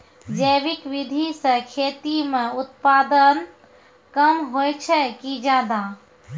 जैविक विधि से खेती म उत्पादन कम होय छै कि ज्यादा?